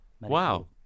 Wow